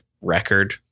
record